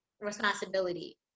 responsibility